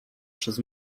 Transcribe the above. przez